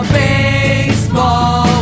baseball